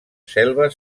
selves